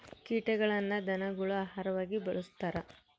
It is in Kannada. ಕೀಟಗಳನ್ನ ಧನಗುಳ ಆಹಾರವಾಗಿ ಬಳಸ್ತಾರ